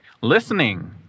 Listening